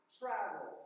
travel